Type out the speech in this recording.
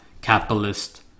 capitalist